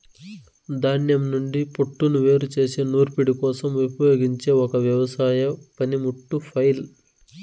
ధాన్యం నుండి పోట్టును వేరు చేసే నూర్పిడి కోసం ఉపయోగించే ఒక వ్యవసాయ పనిముట్టు ఫ్లైల్